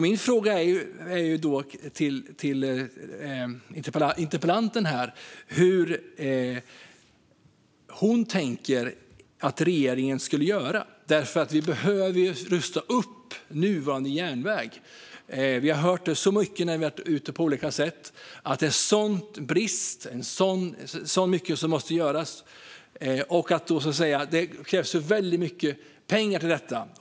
Min fråga till interpellanten Carina Ödebrink är hur hon tänker att regeringen skulle göra. Vi behöver nämligen rusta upp nuvarande järnväg. När vi har varit ute på olika platser har vi hört så mycket om att det finns sådana brister och så mycket som behöver göras. Det krävs väldigt mycket pengar till detta.